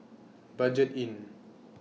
Budget Inn